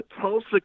Tulsa